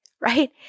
right